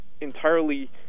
entirely